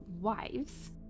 wives